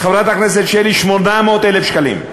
חברת הכנסת שלי, 800,000 שקלים.